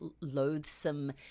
loathsome